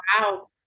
Wow